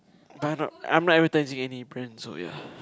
I not I'm not advertising any brand so ya